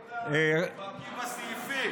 נהיית בקי בסעיפים.